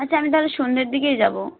আচ্ছা আমি তাহলে সন্ধ্যের দিকেই যাব